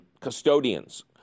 custodians